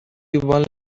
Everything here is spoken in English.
one